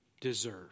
deserve